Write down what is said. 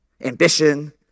ambition